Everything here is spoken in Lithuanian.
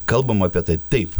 kalbam apie tai taip